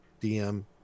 DM